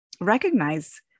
recognize